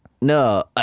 No